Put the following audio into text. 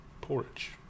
porridge